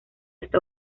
está